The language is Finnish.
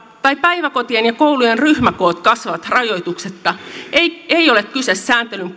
tai päiväkotien ja koulujen ryhmäkoot kasvavat rajoituksetta ei ei ole kyse sääntelyn